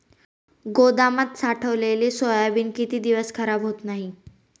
गोदामात साठवलेले सोयाबीन किती दिवस खराब होत नाही?